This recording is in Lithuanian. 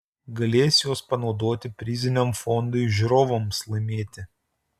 galės juos panaudoti priziniam fondui žiūrovams laimėti